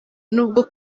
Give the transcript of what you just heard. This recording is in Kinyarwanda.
nubwo